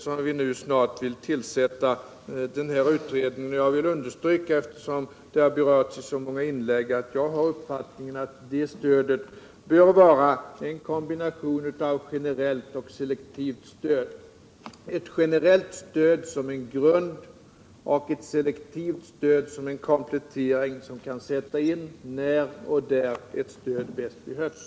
När det gäller det framtida presstödet vill jag, eftersom frågan har berörts i så många inlägg, understryka att detta bör vara en kombination av generellt och selektivt stöd: ett generellt stöd som en grund och ett selektivt stöd som en komplettering som kan sättas in när och där det bäst behövs.